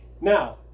Now